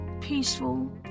peaceful